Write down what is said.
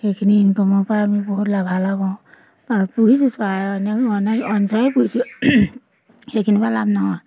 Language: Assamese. সেইখিনি ইনকমৰ পৰা আমি বহুত লাভালাভ হওঁ পালোঁ পুহিছোঁ চৰাই অনেক অনেক অইন চৰায়ো পুহিছোঁ সেইখিনিৰ পৰা লাভ নহয়